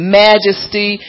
majesty